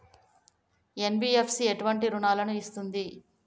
NBFC ఎటువంటి రుణాలను ఇస్తుంది?